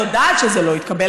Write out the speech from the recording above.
אני יודעת שזה לא התקבל,